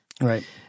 Right